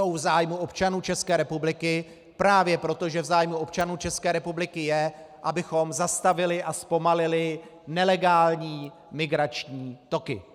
Jsou v zájmu občanů České republiky právě proto, že v zájmu občanů České republiky je, abychom zastavili a zpomalili nelegální migrační toky.